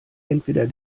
entweder